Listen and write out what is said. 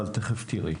אבל תכף תראי.